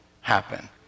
happen